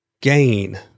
gain